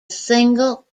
single